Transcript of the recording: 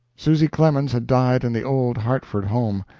susy clemens had died in the old hartford home.